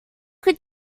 can